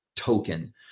token